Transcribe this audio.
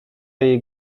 jej